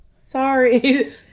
sorry